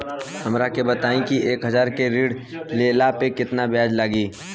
हमरा के बताई कि एक हज़ार के ऋण ले ला पे केतना ब्याज लागी?